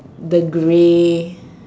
the grey